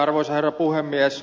arvoisa herra puhemies